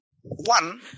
One